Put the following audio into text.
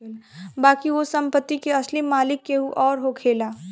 बाकी ओ संपत्ति के असली मालिक केहू अउर होखेला